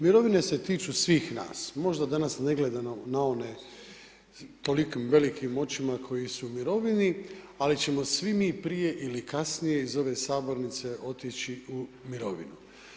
Mirovine se tiču svih nas, možda danas ne gledano na one tolikim velikim očima koji su u mirovini ali ćemo svim mi prije ili kasnije iz ove sabornice otići u mirovinu.